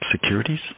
Securities